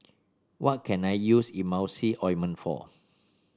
what can I use Emulsying Ointment for